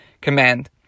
command